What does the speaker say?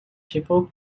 people